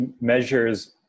measures